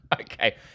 Okay